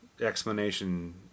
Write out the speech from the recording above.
Explanation